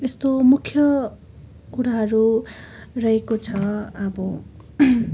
यस्तो मुख्य कुराहरू रहेको छ अब